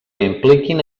impliquin